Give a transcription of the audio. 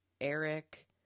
Eric